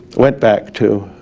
went back to